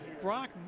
Brock